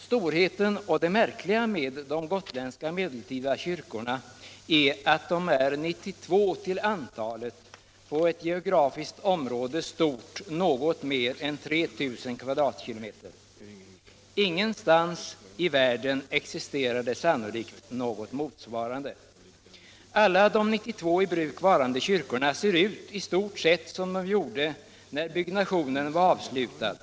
Storheten och det märkliga med de gotländska medeltida kyrkorna — Nr 37 är att de är 92 till antalet på ett geografiskt område om något mer än 3 000 km?. Ingenstans i världen existerar det sannolikt något motsvarande. Alla de 92 i bruk varande kyrkorna ser ut i stort sett som de gjorde när byggnationen var avslutad.